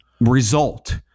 result